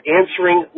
answering